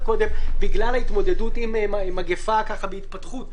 קודם בגלל ההתמודדות עם מגפה בהתפתחות,